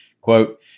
Quote